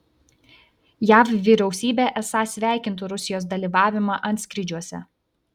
jav vyriausybė esą sveikintų rusijos dalyvavimą antskrydžiuose